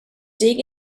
dig